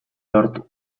lortu